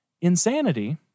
Insanity